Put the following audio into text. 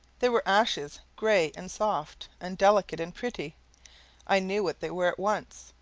there were ashes, gray and soft and delicate and pretty i knew what they were at once.